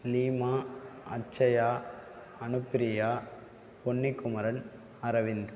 Lima Akshaya Anupriya Ponnikumaran Aravind